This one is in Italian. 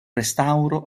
restauro